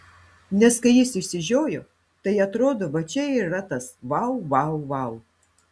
nes kai jis išsižiojo tai atrodo va čia ir yra tas vau vau vau